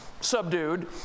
subdued